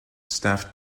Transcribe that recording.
staffed